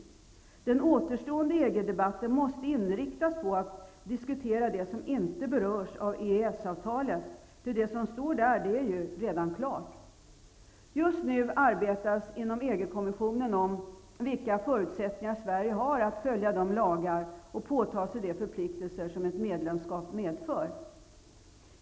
Däremot måste den återstående EG-debatten inriktas på att diskutera det som inte berörs av EES-avtalet, ty det som står där är ju redan klart. Just nu arbetar man inom EG-kommissionen med att se på vilka förutsättningar Sverige har för att följa de lagar och påta sig de förpliktelser som ett medlemskap medför.